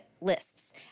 lists